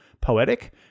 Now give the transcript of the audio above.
poetic